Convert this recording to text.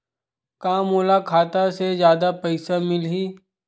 का मोला खाता से जादा पईसा मिलही?